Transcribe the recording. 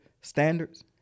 standards